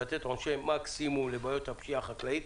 לתת עונשי מקסימום לבעיות הפשיעה החקלאית.